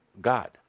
God